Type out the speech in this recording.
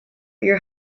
your